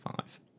five